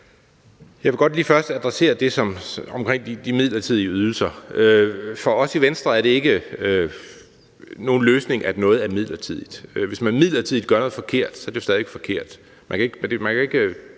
Jeg vil godt lige først adressere det omkring de midlertidige ydelser. For os i Venstre er det ikke nogen løsning, at noget er midlertidigt, for hvis man midlertidigt gør noget forkert, er det jo stadig væk forkert.